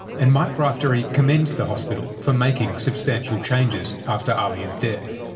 and mike raftery commends the hospital for making substantial changes after ahlia's death.